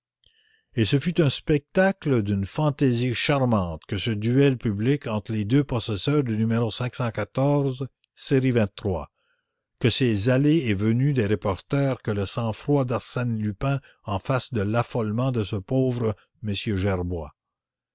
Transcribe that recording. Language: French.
et ce fut un spectacle d'une fantaisie charmante que ce duel public entre les deux possesseurs du numéro série que ces allées et venues des journalistes que le sang-froid d'arsène lupin en face de l'affolement de ce pauvre m gerbois